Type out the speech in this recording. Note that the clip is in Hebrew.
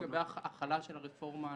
לגבי החלת הרפורמה,